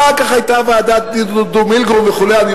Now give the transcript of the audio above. אחר כך היתה ועדת דודו מילגרום וכן הלאה.